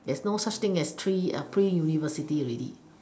there's no such thing as three pre university already